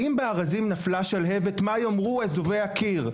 "אם בארזים נפלה שלהבת מה יאמרו אזובי הקיר".